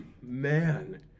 man